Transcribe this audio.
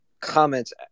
comments